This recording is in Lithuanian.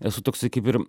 esu toksai kaip ir